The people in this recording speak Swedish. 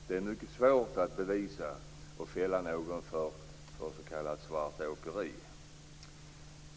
Det är mycket svårt att bevisa och fälla någon för s.k. svartåkeri.